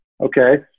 okay